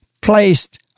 placed